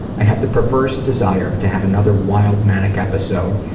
i have the perverse desire to have another wild manic episode,